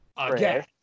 again